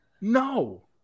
No